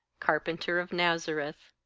carpenter of nazareth.